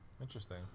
Interesting